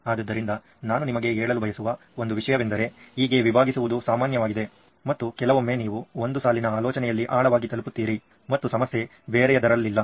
ಆದ್ದರಿಂದ ನಾನು ನಿಮಗೆ ಹೇಳಲು ಬಯಸುವ ಒಂದು ವಿಷಯವೆಂದರೆ ಈಗೆ ವಿಭಾಗಿಸುವುದು ಸಾಮಾನ್ಯವಾಗಿದೆ ಮತ್ತು ಕೆಲವೊಮ್ಮೆ ನೀವು ಒಂದು ಸಾಲಿನ ಆಲೋಚನೆಯಲ್ಲಿ ಆಳವಾಗಿ ತಲುಪುತ್ತೀರಿ ಮತ್ತು ಸಮಸ್ಯೆ ಬೇರೆಯದರಲ್ಲಿಲ್ಲ